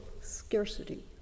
scarcity